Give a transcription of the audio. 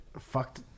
fucked